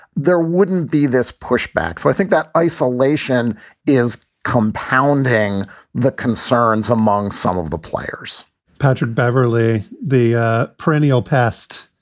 there wouldn't be this pushback. so i think that isolation is compounding the concerns among some of the players patrick beverley, the ah perennial past,